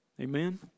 Amen